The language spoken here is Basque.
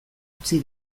utzi